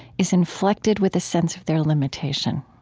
is inflected with a sense of their limitation